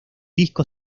disco